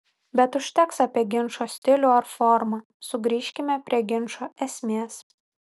bet užteks apie ginčo stilių ar formą sugrįžkime prie ginčo esmės